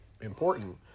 important